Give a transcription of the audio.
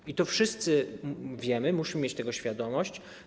I to wszyscy wiemy, musimy mieć tego świadomość.